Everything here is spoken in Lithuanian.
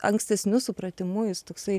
ankstesniu supratimu jis toksai